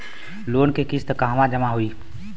Loan के किस्त कहवा जामा होयी?